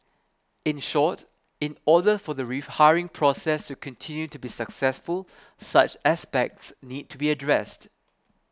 in short in order for the rehiring process to continue to be successful such aspects need to be addressed